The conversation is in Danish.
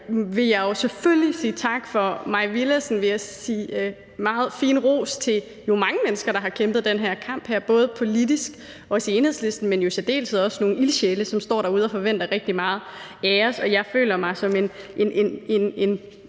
jeg selvfølgelig sige tak til Mai Villadsen for sin meget fine ros til jo mange mennesker, der har kæmpet den her kamp, både politisk, også i Enhedslisten, men jo i særdeleshed også nogle ildsjæle, som står derude og forventer rigtig meget af os, og jeg føler mig som en